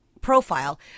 profile